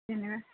बेनो